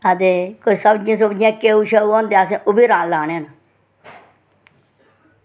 ते कोई सब्जी क्यौ होंदे न असें ओह्बी लाने न